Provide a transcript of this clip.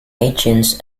agents